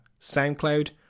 SoundCloud